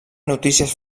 notícies